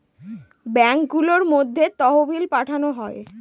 ব্যাঙ্কগুলোর মধ্যে তহবিল পাঠানো হয়